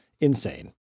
insane